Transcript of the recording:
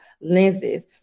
lenses